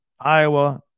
Iowa